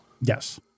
Yes